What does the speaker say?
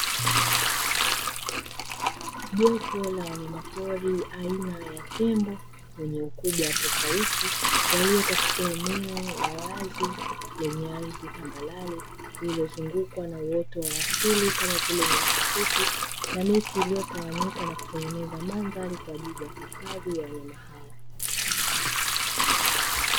Jopo la wanyamapori aina ya tembo wenye ukubwa tofauti, walio katika eneo la wazi lenye ardhi tambarare lililozungukwa na uoto wa asili kama vile nyasi fupi na miti iliyotawanyika na kutengeneza mandhari kwaajili ya hifadhi ya wanyama hao.